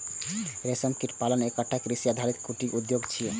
रेशम कीट पालन एकटा कृषि आधारित कुटीर उद्योग छियै